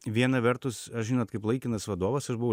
viena vertus aš žinot kaip laikinas vadovas ir buvau